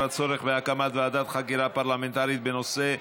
בדבר הצורך בהקמת ועדת חקירה פרלמנטרית בנושא: